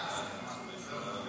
וקרה עם ניצולי שואה ונכי צה"ל.